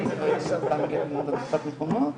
הכוללניים גם בתל השומר,